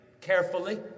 carefully